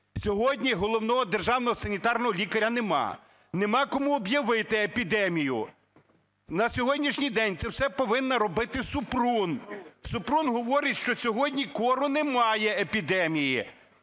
Сьогодні Головного державного санітарного лікаря немає. Немає кому об'явити епідемію. На сьогоднішній день це все повинна робити Супрун. Супрун говорить, що сьогодні кору немає епідемії.